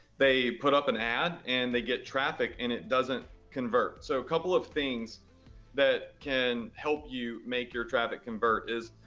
they put up an ad and they get traffic and it doesn't convert. so a couple of things that can help you make your traffic convert is,